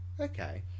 Okay